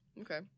Okay